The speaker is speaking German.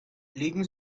legen